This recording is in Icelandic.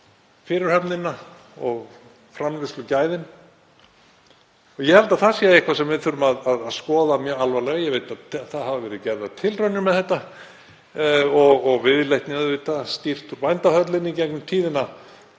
fyrirhöfnina og framleiðslugæðin. Ég held að það sé eitthvað sem við þurfum að skoða mjög alvarlega, ég veit að það hafa verið gerðar tilraunir með þetta og viðleitni auðvitað, stýrt úr Bændahöllinni í gegnum tíðina.